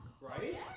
right